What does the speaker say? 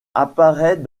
apparaît